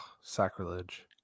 sacrilege